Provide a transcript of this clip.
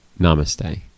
Namaste